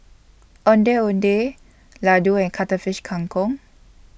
Ondeh Ondeh Laddu and Cuttlefish Kang Kong